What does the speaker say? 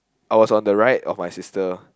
I was on the right of my sister